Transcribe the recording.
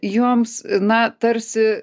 joms na tarsi